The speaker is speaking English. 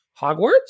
Hogwarts